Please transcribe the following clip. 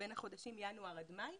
בין החודשים ינואר עד מאי,